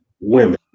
women